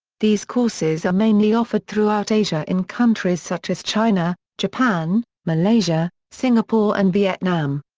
these courses are mainly offered throughout asia in countries such as china, japan, malaysia, singapore and vietnam.